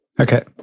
Okay